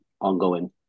ongoing